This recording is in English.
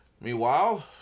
Meanwhile